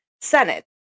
Senate